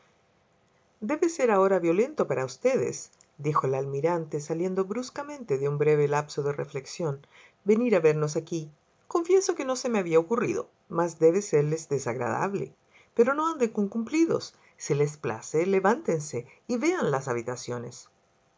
debe ser ahora violento para ustedesdijo el almirante saliendo bruscamente de un breve lapso de reflexiónvenir a vernos aquí confieso que no se me había ocurrido mas debe serles desagradable pero no anden con cumplidos si les place levántense y vean las habitaciones